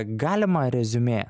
galima reziumė